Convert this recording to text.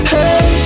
Hey